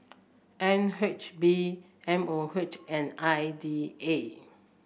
N H B M O H and I D A